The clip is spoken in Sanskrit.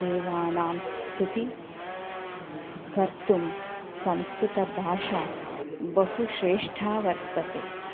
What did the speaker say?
देवानां स्तुति कर्तुं संस्कृतभाषा बहुश्रेष्ठा वर्तते